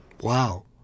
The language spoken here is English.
Wow